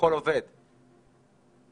זה עובד שם.